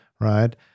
right